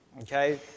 Okay